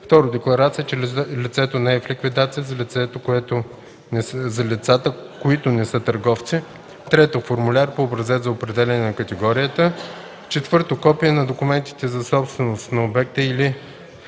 2. декларация, че лицето не е в ликвидация – за лицата, които не са търговци; 3. формуляр по образец за определяне на категорията; 4. копия на документите за собственост на обекта или